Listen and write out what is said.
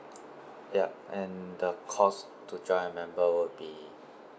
yup and the cost to join a member would be